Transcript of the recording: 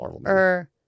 Marvel